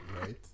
right